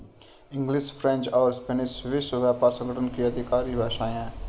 English, French और Spanish विश्व व्यापार संगठन की आधिकारिक भाषाएं है